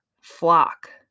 flock